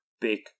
big